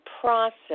process